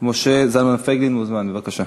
משה זלמן פייגלין מוזמן, בבקשה.